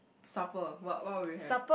supper what what would you have